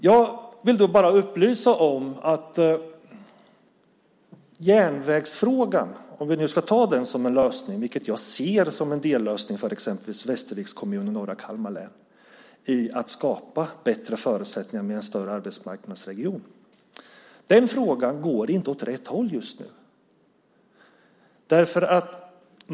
Jag vill bara upplysa om att järnvägsfrågan, om vi nu ska ta den som en lösning - och jag ser den som en dellösning för exempelvis Västerviks kommun och norra Kalmar län för att skapa bättre förutsättningar med en större arbetsmarknadsregion - inte går åt rätt håll just nu.